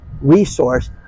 resource